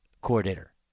coordinator